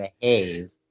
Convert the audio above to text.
behave